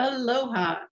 Aloha